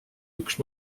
üks